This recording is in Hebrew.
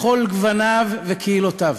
על כל גווניו וקהילותיו,